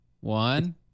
one